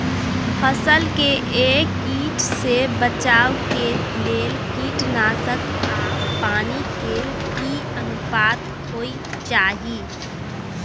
फसल के कीट से बचाव के लेल कीटनासक आ पानी के की अनुपात होय चाही?